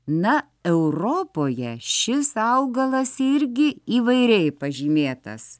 na europoje šis augalas irgi įvairiai pažymėtas